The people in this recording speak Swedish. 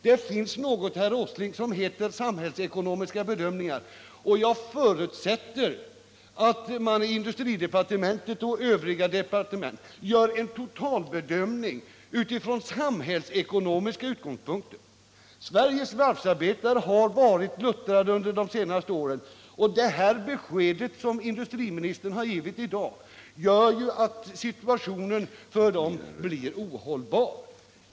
Det finns något, herr Åsling, som heter samhällsekonomiska bedömningar, och jag förutsätter att man i industridepartementet och i övriga departement gör en totalbedömning utifrån samhällsekonomiska utgångspunkter. Sveriges varvsarbetare har blivit luttrade under de senaste åren, men det besked industriministern givit i dag gör att situationen för dem blir ohållbar.